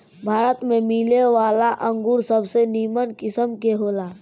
भारत में मिलेवाला अंगूर सबसे निमन किस्म के होला